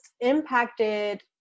impacted